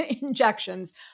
injections